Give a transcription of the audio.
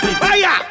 fire